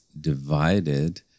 divided